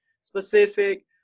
specific